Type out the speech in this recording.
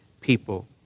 people